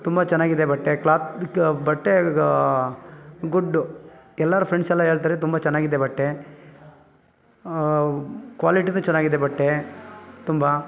ತುಂಬ ಚೆನ್ನಾಗಿದೆ ಬಟ್ಟೆ ಕ್ಲಾತ್ ಬಟ್ಟೆ ಗುಡ್ಡು ಎಲ್ಲಾರೂ ಫ್ರೆಂಡ್ಸ್ ಎಲ್ಲ ಹೇಳ್ತಾರೆ ತುಂಬ ಚೆನ್ನಾಗಿದೆ ಬಟ್ಟೆ ಕ್ವಾಲಿಟಿನೂ ಚೆನ್ನಾಗಿದೆ ಬಟ್ಟೆ ತುಂಬ